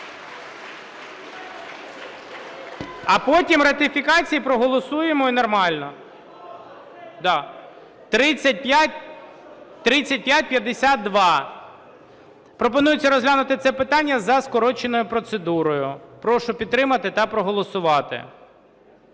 А потім ратифікації проголосуємо і нормально. 3552. Пропонується розглянути це питання за скороченою процедурою. Прошу підтримати та проголосувати.